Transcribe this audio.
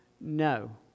no